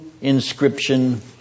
inscription